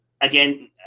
again